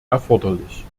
erforderlich